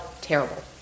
terrible